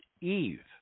Eve